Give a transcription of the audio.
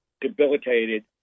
debilitated